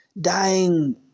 dying